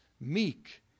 meek